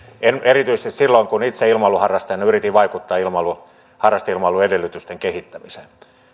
en erityisesti silloin kun itse ilmailuharrastajana yritin vaikuttaa harrasteilmailun edellytysten kehittämiseen